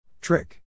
Trick